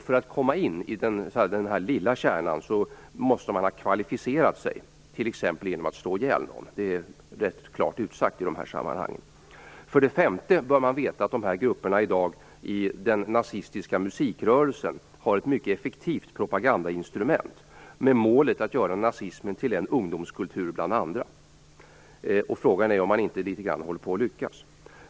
För att komma in i den lilla kärnan måste man ha kvalificerat sig, t.ex. genom att slå ihjäl någon. Det är ganska klart utsagt. För det femte bör man veta att dessa grupper har ett mycket effektivt propagandainstrument i den nazistiska musikrörelsen med målet att göra nazismen till en ungdomskultur bland andra. Frågan är om man inte håller på att lyckas med det.